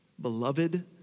beloved